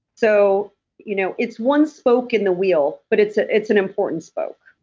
so you know it's one spoke in the wheel, but it's ah it's an important spoke